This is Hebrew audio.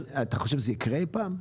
אתה חושב שזה יקרה אי פעם?